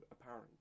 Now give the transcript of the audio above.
apparent